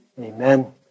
Amen